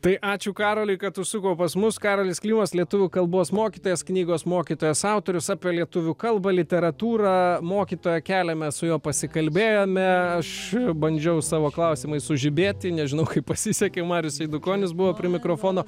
tai ačiū karoliui kad užsuko pas mus karolis klimas lietuvių kalbos mokytojas knygos mokytojas autorius apie lietuvių kalbą literatūrą mokytojo kelią mes su juo pasikalbėjome aš bandžiau savo klausimais sužibėti nežinau kaip pasisekė marius eidukonis buvo prie mikrofono